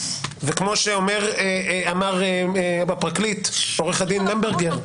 וכמו שאמר הפרקליט עורך הדין למברגר,